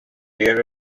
there